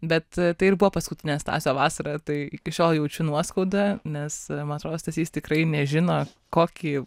bet tai ir buvo paskutinė stasio vasara tai iki šiol jaučiu nuoskaudą nes man atrodo stasys tikrai nežino kokį